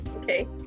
okay